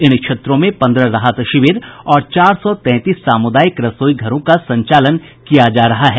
इन क्षेत्रों में पंद्रह राहत शिविर और चार सौ तैंतीस सामुदायिक रसोई घरों का संचालन किया जा रहा है